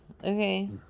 Okay